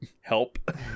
help